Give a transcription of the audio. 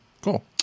cool